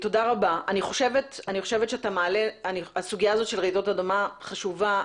הסוגיה של רעידות האדמה חשובה,